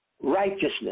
righteousness